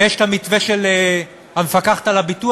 ויש המתווה של המפקחת על הביטוח.